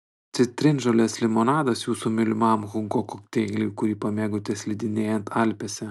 citrinžolės limonadas jūsų mylimam hugo kokteiliui kurį pamėgote slidinėjant alpėse